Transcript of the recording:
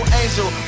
angel